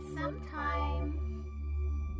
sometime